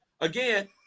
again